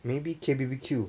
maybe K_B_B_Q